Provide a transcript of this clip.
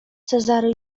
cezary